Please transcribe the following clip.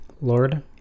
Lord